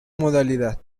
modalidad